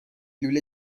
لوله